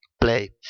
play